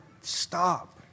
stop